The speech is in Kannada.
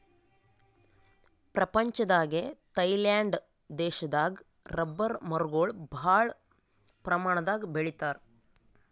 ಪ್ರಪಂಚದಾಗೆ ಥೈಲ್ಯಾಂಡ್ ದೇಶದಾಗ್ ರಬ್ಬರ್ ಮರಗೊಳ್ ಭಾಳ್ ಪ್ರಮಾಣದಾಗ್ ಬೆಳಿತಾರ್